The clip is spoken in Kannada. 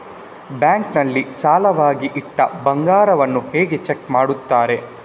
ಬ್ಯಾಂಕ್ ನಲ್ಲಿ ಸಾಲವಾಗಿ ಇಟ್ಟ ಬಂಗಾರವನ್ನು ಹೇಗೆ ಚೆಕ್ ಮಾಡುತ್ತಾರೆ?